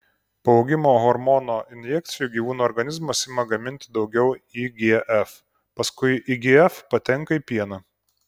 po augimo hormono injekcijų gyvūnų organizmas ima gaminti daugiau igf paskui igf patenka į pieną